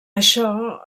això